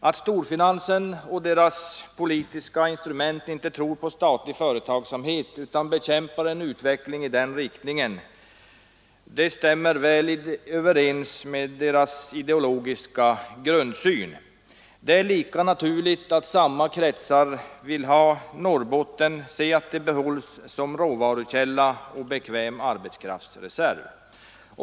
Att storfinansen och dess politiska instrument inte tror på statlig företagsamhet utan bekämpar en utveckling i den riktningen stämmer väl överens med dess ideologiska grundsyn. Det är lika naturligt att samma kretsar vill se att Norrbotten bibehålls som råvarukälla och bekväm arbetskraftsreserv.